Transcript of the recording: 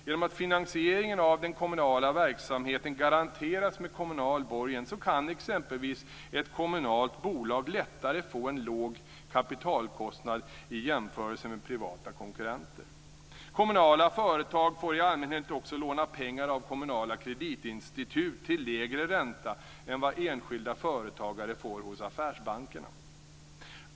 Genom att finansieringen av den kommunala verksamheten garanteras med kommunal borgen kan exempelvis ett kommunalt bolag lättare få en låg kapitalkostnad i jämförelse med privata konkurrenter. Kommunala företag får i allmänhet också låna pengar av kommunala kreditinstitut till lägre ränta än vad enskilda företagare får hos affärsbankerna.